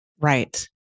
Right